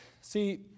See